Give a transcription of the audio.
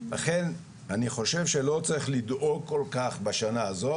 לכן אני חושב שלא צריך לדאוג כל כך בשנה הזאת.